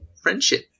friendship